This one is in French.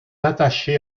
attaché